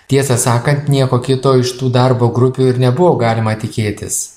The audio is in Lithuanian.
tiesą sakant nieko kito iš tų darbo grupių ir nebuvo galima tikėtis